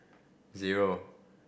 zero